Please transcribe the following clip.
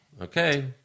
Okay